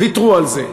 ויתרו על זה.